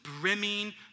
brimming